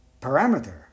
parameter